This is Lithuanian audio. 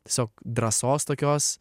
tiesiog drąsos tokios